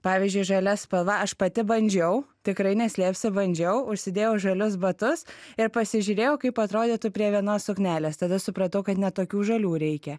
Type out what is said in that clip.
pavyzdžiui žalia spalva aš pati bandžiau tikrai neslėpsiu bandžiau užsidėjau žalius batus ir pasižiūrėjau kaip atrodytų prie vienos suknelės tada supratau kad ne tokių žalių reikia